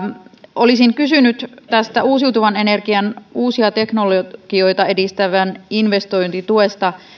olisin kysynyt tästä uusiutuvan energian uusia teknologioita edistävästä investointituesta